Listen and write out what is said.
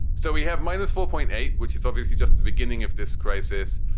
so we have minus four point eight, which is obviously just the beginning of this crisis.